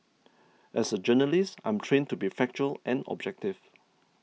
as a journalist I'm trained to be factual and objective